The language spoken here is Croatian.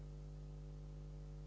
Hvala.